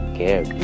care